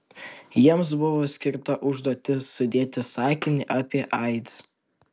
jiems buvo skirta užduotis sudėti sakinį apie aids